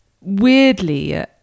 weirdly